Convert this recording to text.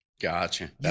Gotcha